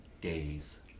days